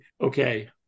okay